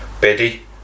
Biddy